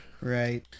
right